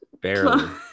Barely